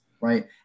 right